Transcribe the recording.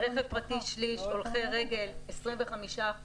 רכב פרטי שליש, הולכי רגל 25%,